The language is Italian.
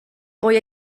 poi